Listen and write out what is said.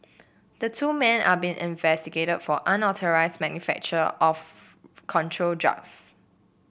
the two men are being investigated for unauthorised manufacture of control drugs